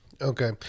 Okay